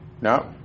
No